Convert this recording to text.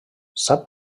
sap